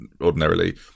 ordinarily